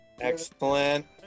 Excellent